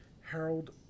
Harold